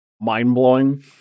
mind-blowing